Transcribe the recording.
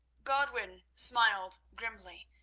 godwin smiled grimly,